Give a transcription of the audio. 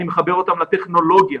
אני מחבר אותם לטכנולוגיה